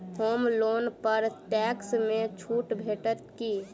होम loan पर tax मे छुट भेटत की